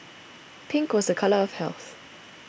pink was a colour of health